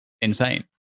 insane